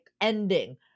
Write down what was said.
ending